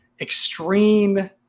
extreme